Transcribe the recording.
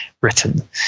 written